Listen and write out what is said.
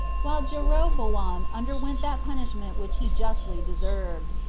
while jeroboam underwent that punishment which he justly deserved.